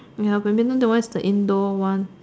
ya badminton that one is the indoor one